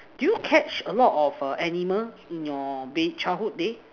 did you catch a lot of err animal in your been childhood day